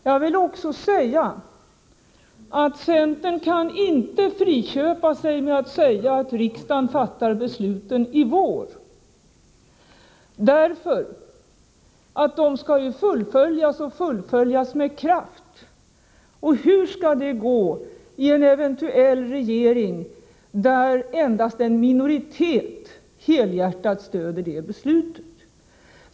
Jag vill också säga att centern inte kan friköpa sig genom att säga att riksdagen fattar beslut i vår. Det beslutet skall ju fullföljas — och fullföljas med kraft! Och hur skall det gå i en eventuell regering där endast en minoritet helhjärtat stöder det beslutet?